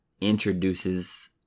introduces